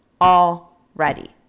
already